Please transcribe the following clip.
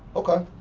okay.